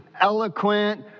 eloquent